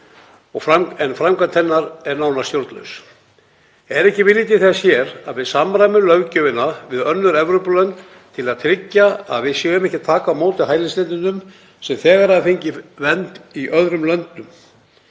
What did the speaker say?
en framkvæmdin er nánast stjórnlaus. Er ekki vilji til þess hér að við samræmum löggjöfina við önnur Evrópulönd til að tryggja að við séum ekki að taka á móti hælisleitendum sem þegar hafa fengið vernd í öðrum löndum?